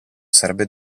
sarebbe